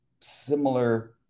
similar